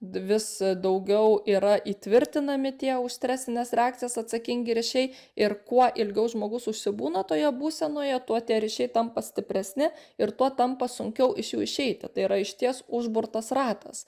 vis daugiau yra įtvirtinami tie už stresines reakcijas atsakingi ryšiai ir kuo ilgiau žmogus užsibūna toje būsenoje tuo tie ryšiai tampa stipresni ir tuo tampa sunkiau iš jų išeiti tai yra išties užburtas ratas